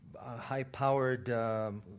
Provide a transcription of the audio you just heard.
high-powered